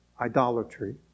idolatry